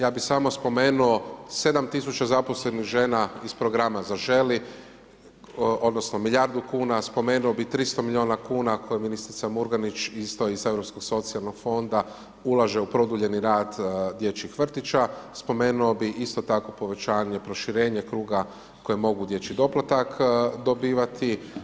Ja bi samo spomenuo 7.000 zaposlenih žena iz Programa „Zaželi“ odnosno milijardu kuna, spomenuo bi 300 miliona kuna koje ministrica Murganić isto iz Europskog socijalnog fonda ulaže u produljeni rad dječjih vrtića, spomenuo bi isto tako povećanje, proširenje kruga koji mogu dječji doplatak dobivati.